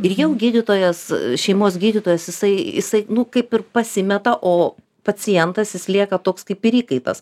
ir jau gydytojas šeimos gydytojas jisai jisai nu kaip ir pasimeta o pacientas jis lieka toks kaip ir įkaitas